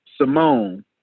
Simone